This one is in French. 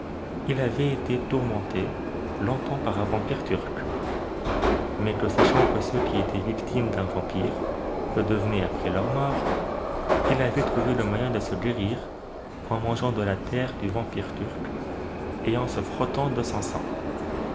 il avait été tourmenté long-tems par un vampire turc mais que sachant que ceux qui étaient victimes d'un vampire le devenaient après leur mort il avait trouvé le moyen de se guérir en mangeant de la terre du vampire turc et en se frottant de son sang